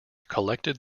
collected